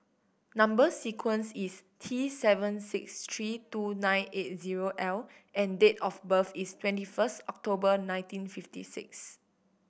number sequence is T seven six three two nine eight zero L and date of birth is twenty first October nineteen fifty six